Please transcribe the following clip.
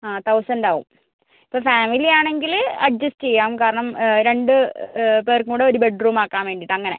ആ തൗസൻ്റാവും ഇപ്പോൾ ഫാമിലിയാണെങ്കിൽ അഡ്ജസ്റ്റ് ചെയ്യാം കാരണം രണ്ട് പേർക്കും കൂടി ഒരു ബെഡ് റൂം ആക്കാൻ വേണ്ടിയിട്ട് അങ്ങനെ